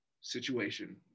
situation